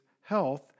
health